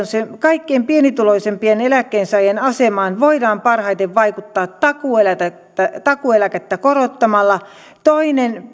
kaikkein pienituloisimpien eläkkeensaajien asemaan voidaan parhaiten vaikuttaa takuueläkettä takuueläkettä korottamalla toinen